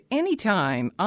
anytime